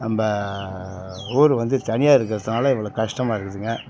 நம்ப ஊர் வந்து தனியாக இருக்கிறத்துனால இவ்வளோ கஷ்டமாக இருக்குதுங்க